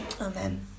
Amen